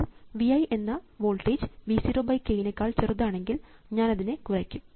എന്നാൽ V i എന്ന voltage V 0 k നെക്കാൾ ചെറുതാണെങ്കിൽ ഞാനതിനെ കുറയ്ക്കും